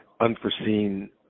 unforeseen